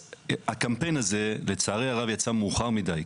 הקמפיין הזה יצא מאוחר מדי,